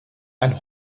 ein